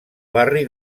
barri